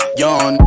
yawn